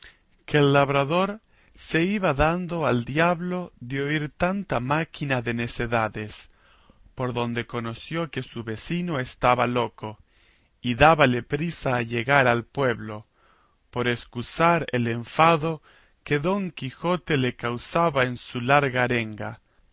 que el labrador se iba dando al diablo de oír tanta máquina de necedades por donde conoció que su vecino estaba loco y dábale priesa a llegar al pueblo por escusar el enfado que don quijote le causaba con su larga arenga